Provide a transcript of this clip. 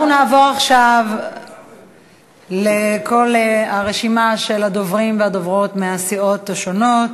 אנחנו נעבור עכשיו לכל הרשימה של הדוברים והדוברות מהסיעות השונות.